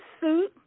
suit